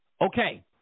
okay